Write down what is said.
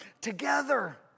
together